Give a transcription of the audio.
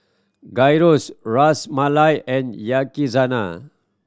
Gyros Ras Malai and Yakizakana